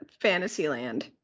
Fantasyland